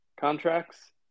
contracts